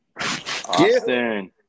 Austin